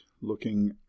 looking